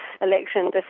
election